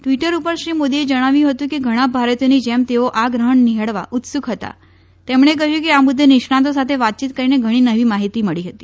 Twitter ઉપર શ્રી મોદીએ જણાવ્યું હતું કે ઘણા ભારતીયોની જેમ તેઓ આ ગ્રહણ નિહાળવા ઉત્સુક હતાં તેમણે કહ્યું કે આ મુદ્દે નિષ્ણાંતો સાથે વાતચીત કરીને ઘણી નવી માહિતી મળી હતી